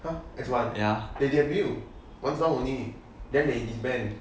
!huh! X one ya they debut one song only then they disband